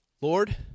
Lord